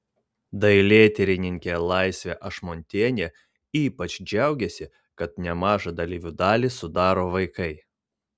dailėtyrininkė laisvė ašmontienė ypač džiaugėsi kad nemažą dalyvių dalį sudaro vaikai